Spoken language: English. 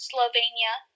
Slovenia